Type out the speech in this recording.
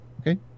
okay